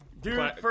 Dude